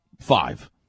five